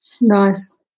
nice